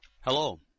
Hello